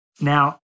Now